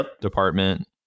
department